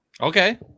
Okay